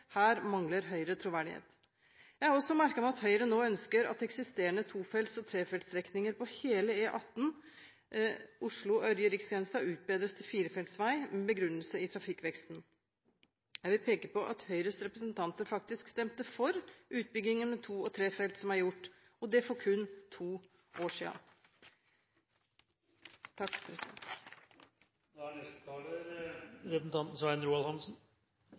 Her mangler Høyre troverdighet. Jeg har også merket meg at Høyre nå ønsker at eksisterende tofelts- og trefeltsstrekninger på hele E18 Oslo–Ørje/Riksgrensen utbedres til firefeltsvei med begrunnelse i trafikkveksten. Jeg vil peke på at Høyres representanter faktisk stemte for den utbyggingen med to og tre felt som er gjort, og det for kun to år